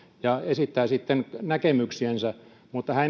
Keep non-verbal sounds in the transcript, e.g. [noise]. ja esittää sitten näkemyksiänsä mutta hän [unintelligible]